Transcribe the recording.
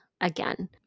again